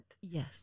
Yes